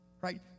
right